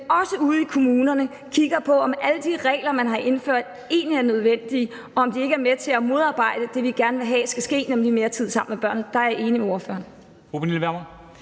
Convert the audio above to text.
også ude i kommunerne kigger på, om alle de regler, man har indført, egentlig er nødvendige, og om de ikke er med til at modarbejde det, vi gerne vil have skal ske, nemlig at der er mere tid sammen med børnene. Der er jeg enig med ordføreren.